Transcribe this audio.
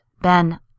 Ben